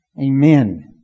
Amen